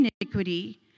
iniquity